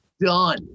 done